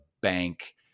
bank